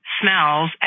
smells